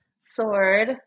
sword